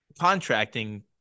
Contracting